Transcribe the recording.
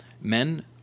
men